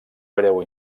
breu